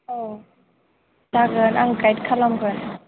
औ जागोन आं गाइड खालामगोन